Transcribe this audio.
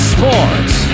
Sports